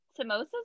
Samosas